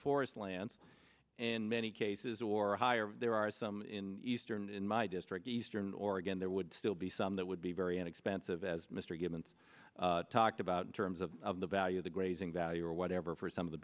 forest lands in many cases or higher there are some in eastern in my district eastern oregon there would still be some that would be very inexpensive as mr givens talked about in terms of of the value the grazing value or whatever for some of the